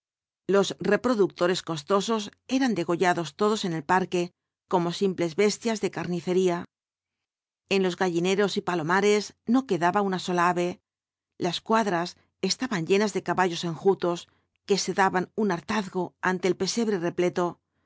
los reproductores costosos eran degollados todos en el parque como simples bestias de carnicería en los gallineros y palomares no quedaba una sola ave las cuadras estaban llenas de caballos enjutos que se daban un hartazgo ante el pesebre repleto el